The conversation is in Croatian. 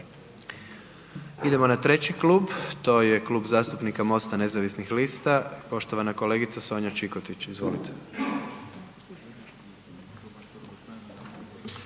Idemo na treći klub, to je Klub zastupnika MOST-a nezavisnih lista, poštovana kolegica Sonja Čikotić, izvolite.